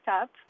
up